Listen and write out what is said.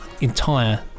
entire